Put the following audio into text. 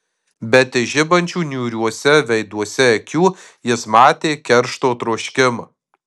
bet iš žibančių niūriuose veiduose akių jis matė keršto troškimą